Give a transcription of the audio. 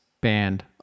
band